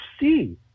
see